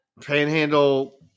Panhandle